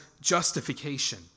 justification